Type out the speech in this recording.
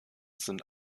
sind